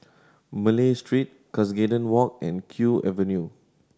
Malay Street Cuscaden Walk and Kew Avenue